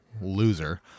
loser